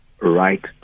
right